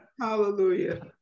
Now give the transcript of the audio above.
Hallelujah